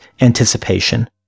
anticipation